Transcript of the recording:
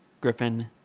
Griffin